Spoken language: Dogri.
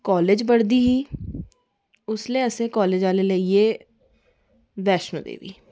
कॉलेज पढ़दी ही उसलै असें गी कॉलेज आह्लै लेइयै वैश्णो देवी